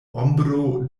ombro